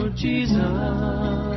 Jesus